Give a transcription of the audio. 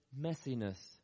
messiness